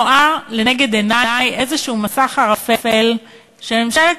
אני רואה לנגד עיני איזשהו מסך ערפל שממשלת